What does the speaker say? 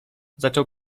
zaczął